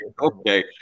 Okay